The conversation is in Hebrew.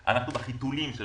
כי אנחנו נמצאים בחיתולים של